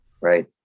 Right